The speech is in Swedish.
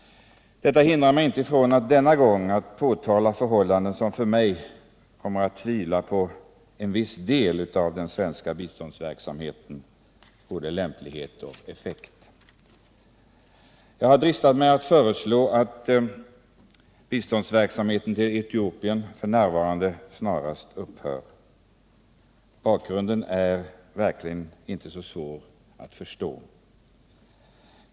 Detta hindrar emellertid inte att jag denna gång kommer att påtala förhållanden som kommer mig att tvivla på både lämpligheten och effekterna hos en viss del av den svenska biståndsverksamheten. Jag har dristat mig föreslå att biståndsverksamheten till Etiopien snarast skall upphöra. Bakgrunden är verkligen inte svår att förstå.